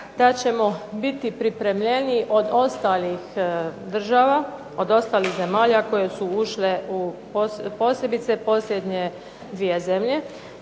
da ćemo biti pripremljeniji od ostalih država, od ostalih zemalja koje su ušle posebice posljednje dvije zemlje,